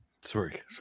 sorry